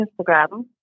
Instagram